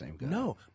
No